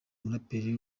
umuraperi